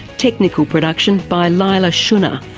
technical production by leila shunnar,